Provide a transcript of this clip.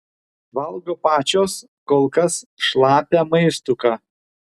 valgo pačios kol kas šlapią maistuką